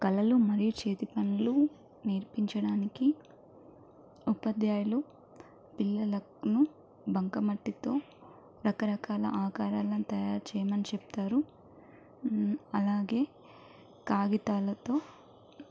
కలలు మరీ చేతి పనులు నేర్పించడానికి ఉపాధ్యాయులు పిల్లలకు బంకమట్టితో రకరకాల ఆకారాలను తయారు చేయమని చెప్తారు అలాగే కాగితాలతో